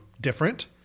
different